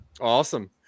Awesome